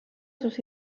sus